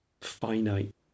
finite